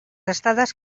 estades